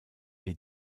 les